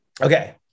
Okay